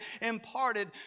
imparted